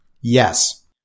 yes